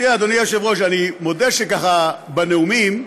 תראה, אדוני היושב-ראש, אני מודה שככה, בנאומים,